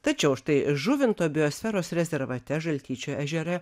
tačiau štai žuvinto biosferos rezervate žaltyčio ežere